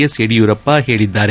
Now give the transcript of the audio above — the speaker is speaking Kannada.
ಎಸ್ ಯಡಿಯೂರಪ್ಪ ಹೇಳಿದ್ದಾರೆ